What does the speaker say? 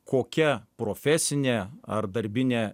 kokia profesinė ar darbinė